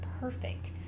perfect